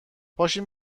پاشیم